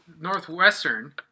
Northwestern